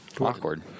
Awkward